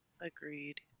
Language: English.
Agreed